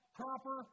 proper